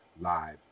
live